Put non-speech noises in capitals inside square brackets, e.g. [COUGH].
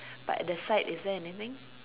[BREATH] but at the side is there anything